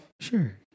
Sure